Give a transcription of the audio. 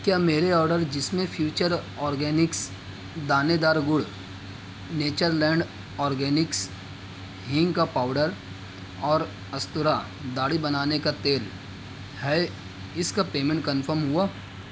کیا میرے آڈر جس میں فیوچر اورگینکس دانےدار گڑ نیچر لینڈ اورگینکس ہینگ کا پاؤڈر اور استرا داڑھی بنانے کا تیل ہے اس کا پیمنٹ کنفم ہوا